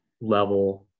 level